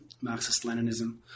Marxist-Leninism